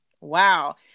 Wow